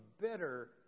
bitter